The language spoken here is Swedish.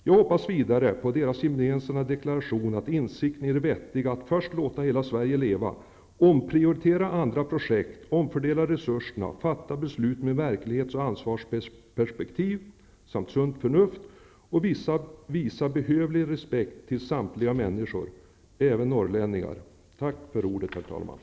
Jag hoppas vidare på deras gemensamma deklaration att de inser de vettiga i att först låta hela Sverige leva, omprioritera andra projekt, omfördela resurserna, fatta beslut med verklighets och ansvarsperspektiv samt visa sunt förnuft och behövlig respekt för samtliga människor -- även norrlänningar. Tack för ordet, herr talman.